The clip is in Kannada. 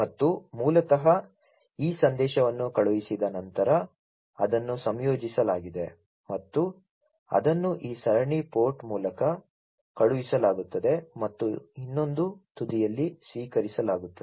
ಮತ್ತು ಮೂಲತಃ ಈ ಸಂದೇಶವನ್ನು ಕಳುಹಿಸಿದ ನಂತರ ಅದನ್ನು ಸಂಯೋಜಿಸಲಾಗಿದೆ ಮತ್ತು ಅದನ್ನು ಈ ಸರಣಿ ಪೋರ್ಟ್ ಮೂಲಕ ಕಳುಹಿಸಲಾಗುತ್ತದೆ ಮತ್ತು ಇನ್ನೊಂದು ತುದಿಯಲ್ಲಿ ಸ್ವೀಕರಿಸಲಾಗುತ್ತದೆ